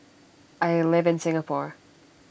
I live in Singapore